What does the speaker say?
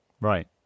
Right